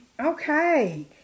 Okay